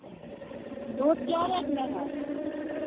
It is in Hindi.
दूध क्या रेट में है